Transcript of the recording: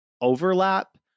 overlap